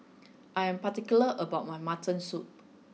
I am particular about my mutton soup